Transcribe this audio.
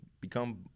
become